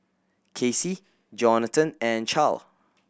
Casey Johnathan and Charle